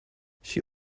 she